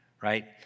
right